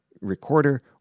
recorder